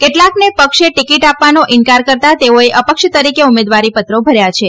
કેટલાંકને પક્ષે ટિકીટ આપવાનો ઇન્કાર કરતા તેઓએ અપક્ષ તરીકે ઉમેદવારીપત્રો ભર્યા છે